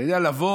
אתה יודע, לבוא